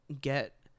get